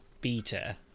beta